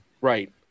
Right